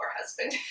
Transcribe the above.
husband